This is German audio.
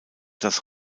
das